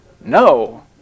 no